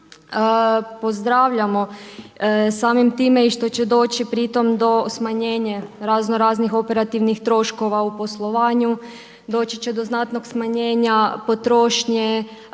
Pozdravljamo samim time i što će doći pri tom do smanjenja raznoraznih operativnih troškova u poslovanju, doći će do znatnog smanjenja potrošnje.